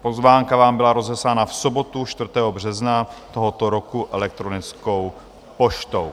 Pozvánka vám byla rozeslána v sobotu 4. března tohoto roku elektronickou poštou.